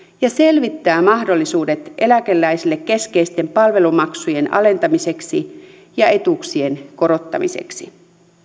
ja selvittää mahdollisuudet eläkeläisille keskeisten palvelumaksujen alentamiseksi ja etuuksien korottamiseksi